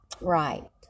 Right